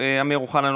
אמיר אוחנה,